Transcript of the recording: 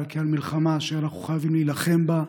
אלא כעל מלחמה שאנחנו חייבים להילחם בה,